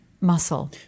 muscle